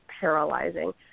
paralyzing